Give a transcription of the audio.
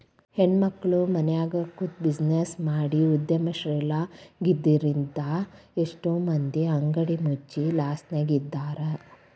ಹೆಣ್ಮಕ್ಳು ಮನ್ಯಗ ಕುಂತ್ಬಿಜಿನೆಸ್ ಮಾಡಿ ಉದ್ಯಮಶೇಲ್ರಾಗಿದ್ರಿಂದಾ ಎಷ್ಟೋ ಮಂದಿ ಅಂಗಡಿ ಮುಚ್ಚಿ ಲಾಸ್ನ್ಯಗಿದ್ದಾರ